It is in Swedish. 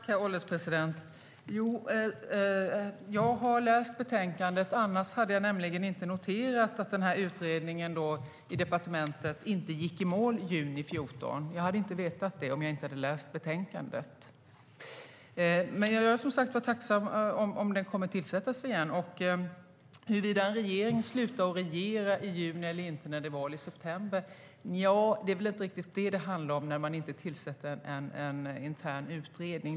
Herr ålderspresident! Jo, jag har läst betänkandet. Annars hade jag inte noterat att utredningen i departementet inte gick i mål i juni 2014. Jag hade inte vetat det om jag inte hade läst betänkandet. Men jag är som sagt tacksam om den kommer att tillsättas igen. Huruvida en regering slutar att regera i juni eller inte när det är val i september är väl inte riktigt vad det handlar om när man inte tillsätter en intern utredning.